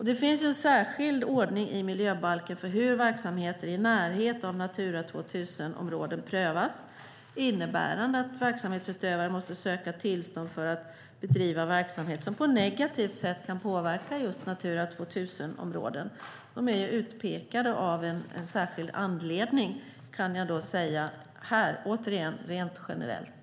Det finns en särskild ordning i miljöbalken för hur verksamheter i närhet av Natura 2000-områden prövas, innebärande att verksamhetsutövaren måste söka tillstånd för att bedriva verksamhet som på ett negativt sätt kan påverka just Natura 2000-områden. De är ju utpekade av en särskild anledning. Det kan jag säga här, återigen rent generellt.